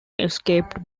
escaped